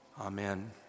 Amen